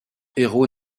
héros